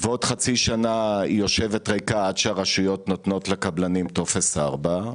כאשר עוד חצי שנה היא יושבת ריקה עד שהרשויות נותנות לקבלנים טופס 4,